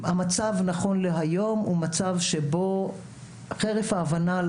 המצב נכון להיום הוא מצב שבו חרף ההבנה על